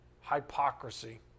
Hypocrisy